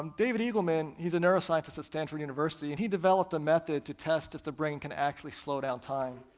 um david egleman, he's a neuroscientist at stanford university, and he developed a method to test if the brain can actually slow down time,